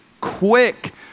quick